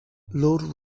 lord